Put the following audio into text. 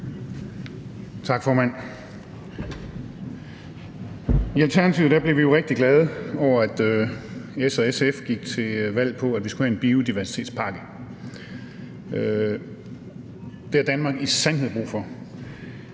Tak, formand. I Alternativet blev vi jo rigtig glade over, at S og SF gik til valg på, at vi skulle have en biodiversitetspakke. Det har Danmark i sandhed brug for.